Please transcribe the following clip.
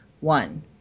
One